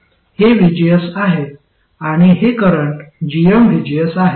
हे vgs आहे आणि हे करंट gmvgs आहे